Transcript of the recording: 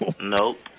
nope